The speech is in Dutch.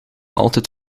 altijd